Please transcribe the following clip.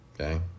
Okay